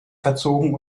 verzogen